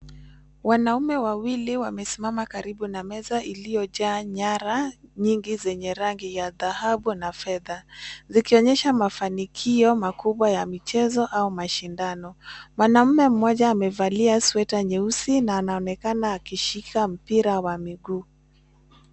Wanaume wawili wamesimama karibu na meza iliyojaa nyara nyingi zenye rangi ya dhahabu na fedha zikionyesha mafanikio makubwa ya michezo au mashindano. Mwanaume mmoja amevalia sweta ya nyeusi na anaonekana akishika mpira wa miguu.